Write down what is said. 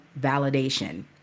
validation